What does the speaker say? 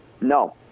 No